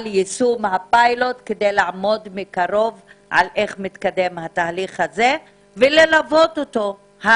יישום הפיילוט כדי לעמוד מקרוב על איך מתקדם התהליך הזה וללוות אותו.